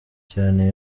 cyane